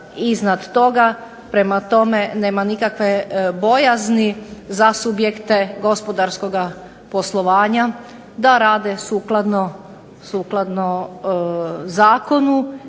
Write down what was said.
iznad toga. Prema tome, nema nikakve bojazni za subjekte gospodarskoga poslovanja da rade sukladno zakonu